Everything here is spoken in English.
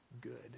good